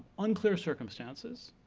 unclear circumstances,